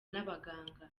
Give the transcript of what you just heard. n’abaganga